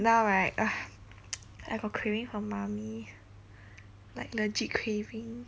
now right ugh I got craving for mamee like legit craving